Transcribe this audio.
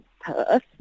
Perth